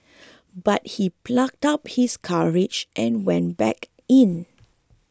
but he plucked up his courage and went back in